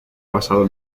basado